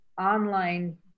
online